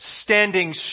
standing